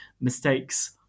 mistakes